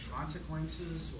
consequences